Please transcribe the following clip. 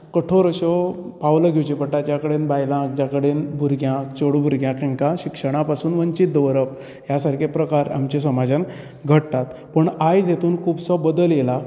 कठोर अश्यो पावलां घेवची पडटा ज्या कडेन बायलांक ज्या कडेन भुरग्यांक चेडूं भुरग्यांक हेकां शिक्षणां पसून वंचीत दवरप हे सारकें प्रकार आमच्या समाजांत घडटात पूण आयज हेतून खूबसो बदल येयला